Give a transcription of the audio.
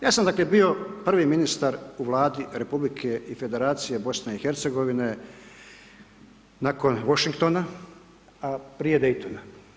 Ja sam, dakle, bio prvi ministar u Vladi Republike i Federacije BiH nakon Vošingtona, prije Dejtona.